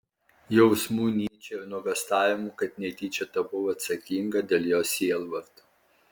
jausmų nyčei ir nuogąstavimų kad netyčia tapau atsakinga dėl jo sielvarto